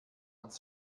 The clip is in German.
als